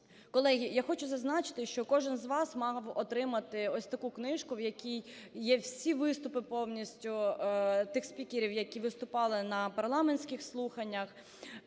Колеги, я хочу зазначити, що кожен з вас мав отримати ось таку книжку, в якій є всі виступи, повністю, тих спікерів, які виступали на парламентських слуханнях.